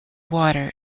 water